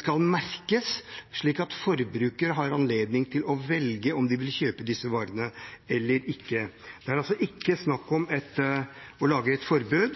skal merkes slik at forbrukerne har anledning til å velge om de vil kjøpe disse varene eller ikke. Det er altså ikke snakk om å lage et forbud,